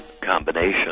combination